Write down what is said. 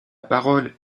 parole